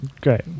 great